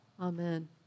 Amen